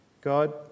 God